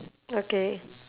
okay